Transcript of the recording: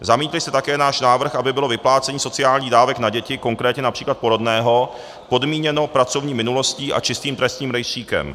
Zamítli jste také náš návrh, aby bylo vyplácení sociálních dávek na děti, konkrétně například porodného, podmíněno pracovní minulostí a čistým trestním rejstříkem.